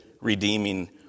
redeeming